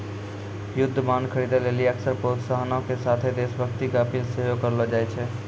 युद्ध बांड खरीदे लेली अक्सर प्रोत्साहनो के साथे देश भक्ति के अपील सेहो करलो जाय छै